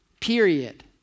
period